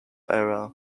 era